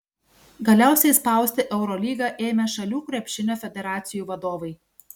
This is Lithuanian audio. galiausiai spausti eurolygą ėmė šalių krepšinio federacijų vadovai